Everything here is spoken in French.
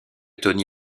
tony